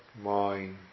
mind